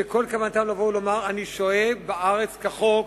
שכל כוונתם לבוא ולומר: אני שוהה בארץ כחוק,